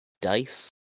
dice